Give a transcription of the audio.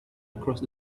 across